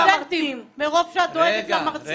את מדחיקה את הסטודנטים מרוב שאת דואגת למרצים.